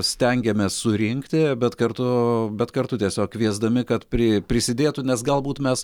stengiamės surinkti bet kartu bet kartu tiesiog kviesdami kad pri prisidėtų nes galbūt mes